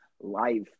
life